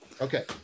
Okay